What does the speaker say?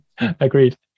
Agreed